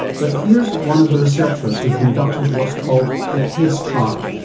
but here's one of the researchers who conducted what's called the pace trial,